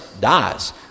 dies